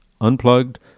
unplugged